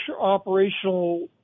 operational